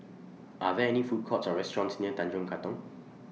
Are There any Food Courts Or restaurants near Tanjong Katong